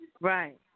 Right